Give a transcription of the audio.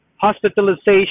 hospitalization